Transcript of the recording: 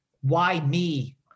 why-me